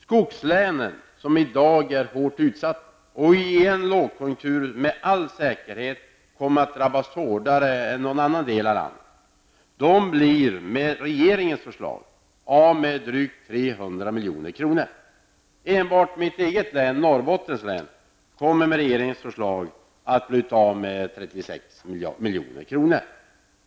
Skogslänen, som i dag är hårt utsatta och i en lågkonjunktur med all säkerhet kommer att drabbas hårdare än någon annan del av landet, blir med regeringens förslag av med drygt 300 milj.kr. Enbart mitt eget län, Norrbottens län, kommer med regeringens förslag att bli av med 36 milj.kr.